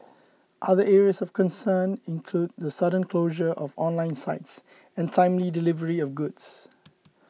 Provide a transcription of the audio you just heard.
other areas of concern include the sudden closure of online sites and timely delivery of goods